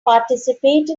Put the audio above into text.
participate